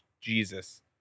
Jesus